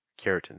keratin